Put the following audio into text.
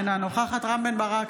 אינה נוכחת רם בן ברק,